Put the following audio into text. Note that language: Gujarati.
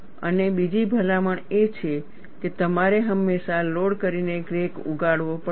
અને બીજી ભલામણ એ છે કે તમારે હંમેશા લોડ કરીને ક્રેક ઉગાડવો પડશે